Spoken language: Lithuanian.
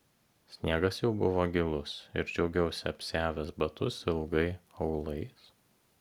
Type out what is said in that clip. sniegas jau buvo gilus ir džiaugiausi apsiavęs batus ilgai aulais